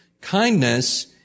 Kindness